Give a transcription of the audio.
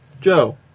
Joe